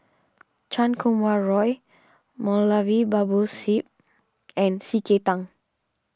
Chan Kum Wah Roy Moulavi Babu Sahib and C K Tang